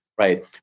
Right